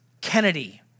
Kennedy